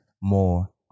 more